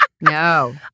No